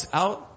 out